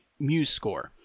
MuseScore